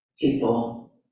people